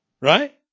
Right